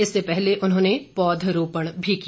इससे पहले उन्होंने पौधरोपण भी किया